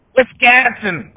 Wisconsin